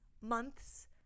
months